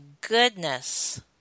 goodness